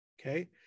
Okay